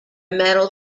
metal